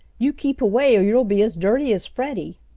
you keep away, or you'll be as dirty as freddie.